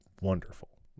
wonderful